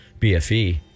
BFE